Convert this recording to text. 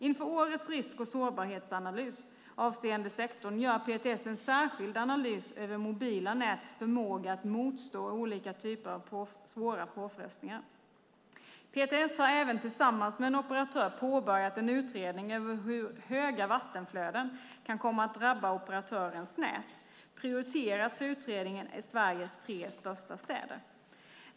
Inför årets risk och sårbarhetsanalys avseende sektorn gör PTS en särskild analys över mobila näts förmåga att motstå olika typer av svåra påfrestningar. PTS har även tillsammans med en operatör påbörjat en utredning över hur höga vattenflöden kan komma att drabba operatörens nät. Prioriterat för utredningen är Sveriges tre största städer.